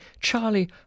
charlie